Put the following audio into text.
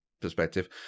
perspective